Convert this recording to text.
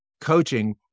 coaching